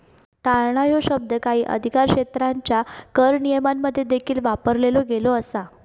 टाळणा ह्यो शब्द काही अधिकारक्षेत्रांच्यो कर नियमांमध्ये देखील वापरलो गेलो असा